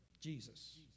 Jesus